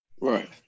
Right